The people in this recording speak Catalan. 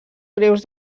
greus